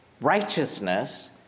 righteousness